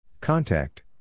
Contact